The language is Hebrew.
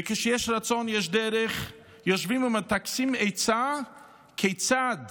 וכשיש רצון יש דרך, יושבים ומטכסים עצה כיצד